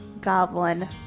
goblin